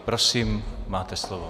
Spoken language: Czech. Prosím, máte slovo.